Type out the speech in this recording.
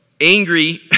angry